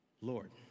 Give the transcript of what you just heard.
Lord